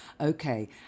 Okay